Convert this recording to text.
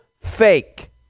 fake